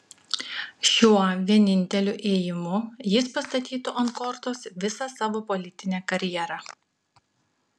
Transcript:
šiuo vieninteliu ėjimu jis pastatytų ant kortos visą savo politinę karjerą